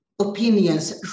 opinions